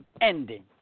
ending